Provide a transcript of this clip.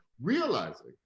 realizing